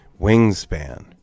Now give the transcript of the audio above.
wingspan